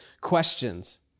questions